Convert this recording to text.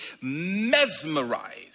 mesmerized